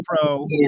Pro